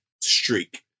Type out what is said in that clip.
streak